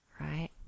right